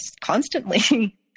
constantly